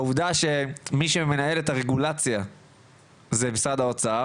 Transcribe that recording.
העובדה שמי שמנהל את הרגולציה זה משרד האוצר,